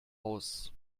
aus